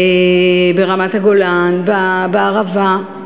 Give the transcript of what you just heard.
ברמת-הגולן, בערבה.